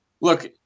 look